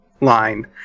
line